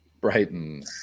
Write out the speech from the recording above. Brighton